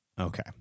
Okay